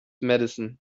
madison